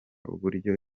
uburyo